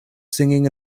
singing